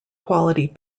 quality